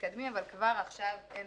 וכבר עכשיו אין